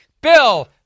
Bill